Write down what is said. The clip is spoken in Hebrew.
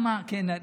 כן.